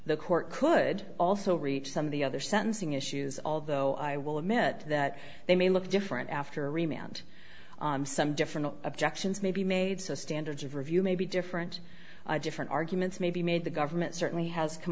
the court could also reach some of the other sentencing issues although i will admit that they may look different after a remount some different objections may be made so standards of review may be different different arguments may be made the government certainly has come